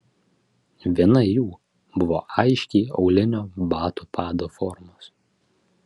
viena jų buvo aiškiai aulinio bato pado formos